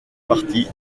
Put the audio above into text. parties